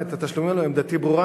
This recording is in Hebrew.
עמדתי ברורה.